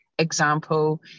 example